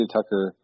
Tucker